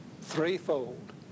threefold